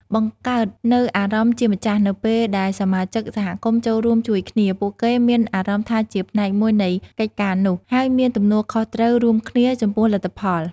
បង្កើតនូវអារម្មណ៍ជាម្ចាស់ នៅពេលដែលសមាជិកសហគមន៍ចូលរួមជួយគ្នា ពួកគេមានអារម្មណ៍ថាជាផ្នែកមួយនៃកិច្ចការនោះ ហើយមានទំនួលខុសត្រូវរួមគ្នាចំពោះលទ្ធផល។